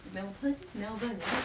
melbourne melbourne right